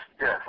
yes